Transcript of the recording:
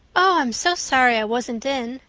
oh, i'm so sorry i wasn't in.